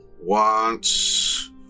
wants